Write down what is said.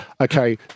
okay